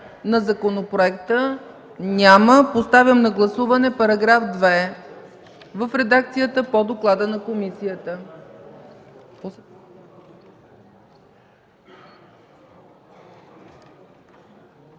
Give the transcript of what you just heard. по законопроекта? Няма. Поставям на гласуване § 2 в редакцията по доклада на комисията.